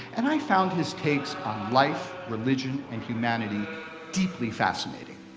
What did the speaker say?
and i found his takes on life, religion and humanity deeply fascinating.